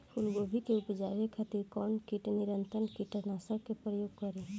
फुलगोबि के उपजावे खातिर कौन कीट नियंत्री कीटनाशक के प्रयोग करी?